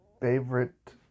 favorite